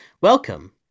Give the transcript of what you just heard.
Welcome